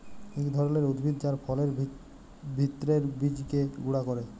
ইক ধরলের উদ্ভিদ যার ফলের ভিত্রের বীজকে গুঁড়া ক্যরে